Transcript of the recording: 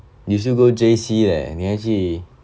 you still go J_C 你还去